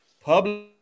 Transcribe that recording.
public